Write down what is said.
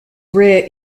rare